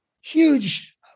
huge